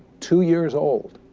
two years old,